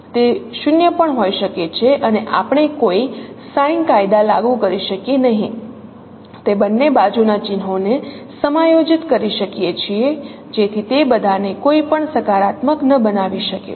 તે 0 પણ હોઈ શકે છે અને આપણે કોઈ સાઇન કાયદા લાગુ કરી શકીએ નહીં તે બંને બાજુનાં ચિહ્નોને સમાયોજિત કરી શકીએ છીએ જેથી તે બધાને કોઈ પણ સકારાત્મક ન બનાવી શકે